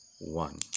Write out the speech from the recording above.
one